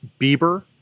Bieber